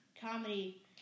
comedy